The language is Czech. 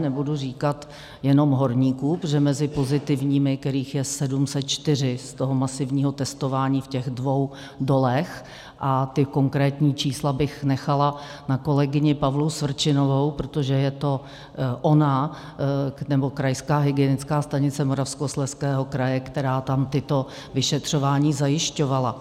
Nebudu říkat jenom horníků, protože mezi pozitivními, kterých je 704 z toho masivního testování v těch dvou dolech a ta konkrétní čísla bych nechala na kolegyni Pavlu Svrčinovou, protože je to ona nebo Krajská hygienická stanice Moravskoslezského kraje, která tam tato vyšetřování zajišťovala.